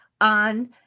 on